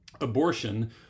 abortion